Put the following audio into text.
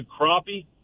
crappie